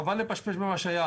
חבל לפשפש במה שהיה,